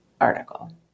article